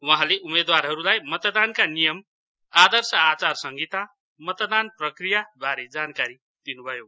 उहाँले उम्मेदवारहरूलाई मतदानका नियम आदर्श आचार संहिता मतदान प्रक्रियाबारे जानकारी दिनु भयो